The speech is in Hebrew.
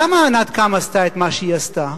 למה ענת קם עשתה את מה שהיא עשתה?